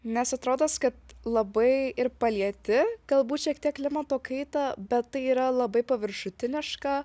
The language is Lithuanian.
nes atrodos kad labai ir palieti galbūt šiek tiek klimato kaitą bet tai yra labai paviršutiniška